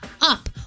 up